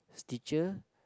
is teacher